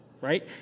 right